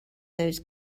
those